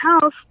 house